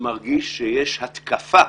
אני מרגיש שיש התקפה,